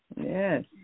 Yes